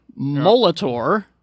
Molitor